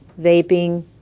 Vaping